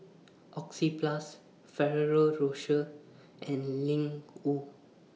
Oxyplus Ferrero Rocher and Ling Wu